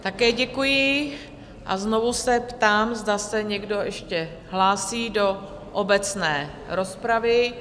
Také děkuji a znovu se ptám, zda se někdo ještě hlásí do obecné rozpravy?